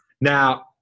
Now